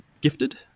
Gifted